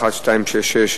1266,